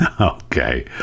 okay